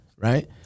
right